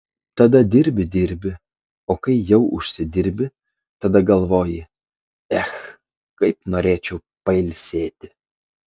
tada dirbi dirbi o kai jau užsidirbi tada galvoji ech kaip norėčiau pailsėti